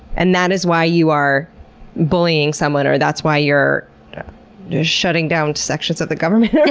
and that is why you are bullying someone or that's why you're shutting down sections of the government?